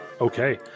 Okay